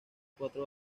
cuatro